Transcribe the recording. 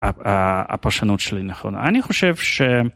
הפרשנות שלי נכון אני חושב ש...